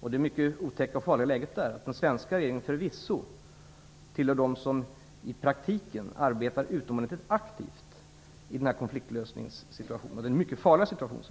och det mycket otäcka och farliga läget där, att den svenska regeringen förvisso tillhör dem som i praktiken arbetar utomordentligt aktivt i den konfliktlösningssituation som råder, som är en mycket farlig situation.